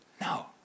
No